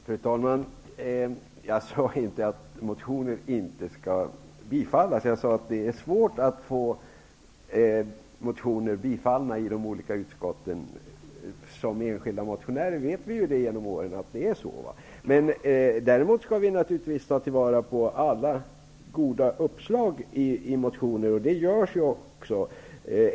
Fru talman! Jag sade inte att motioner inte skall bifallas. Jag sade att det är svårt att få motioner tillstyrkta i de olika utskotten. Såsom enskilda motionärer genom åren vet vi ju att det är så. Däremot skall vi naturligtvis ta vara på alla goda uppslag i motionerna. Så sker också.